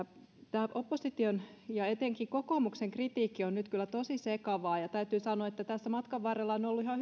tämä opposition ja etenkin kokoomuksen kritiikki on nyt kyllä tosi sekavaa ja täytyy sanoa että tässä matkan varrella on ollut ihan